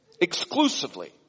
exclusively